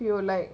you like